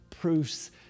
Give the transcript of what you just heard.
proofs